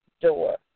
door